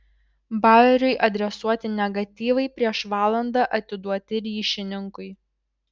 baueriui adresuoti negatyvai prieš valandą atiduoti ryšininkui